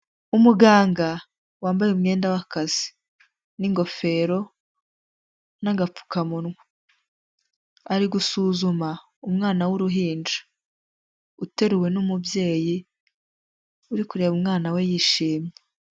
Umuganga wambaye umwenda w'akazi. N'ingofero n'agapfukamunwa. Ari gusuzuma umwana w'uruhinja. Uteruwe n'umubyeyi uri kureba umwana we yishimye.